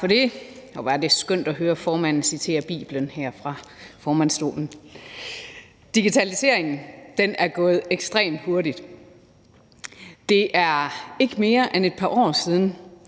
er det skønt at høre formanden citere fra Bibelen her fra formandsstolen. Digitaliseringen er gået ekstremt hurtigt. Det er ikke mere end et par år siden,